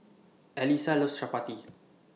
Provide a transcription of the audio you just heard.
Alyssia loves Chappati